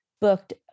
booked